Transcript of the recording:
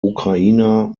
ukrainer